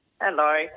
Hello